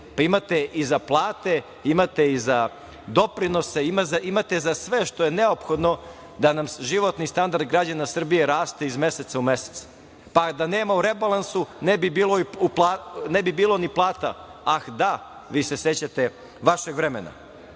platu i penzije, ima i za doprinose, imate za sve što je neophodno da nam životni standard Srbije raste iz meseca u mesec, pa da nema u rebalansu, ne bi bilo ni plata, ah da, vi se sećate vašeg vremena. Ono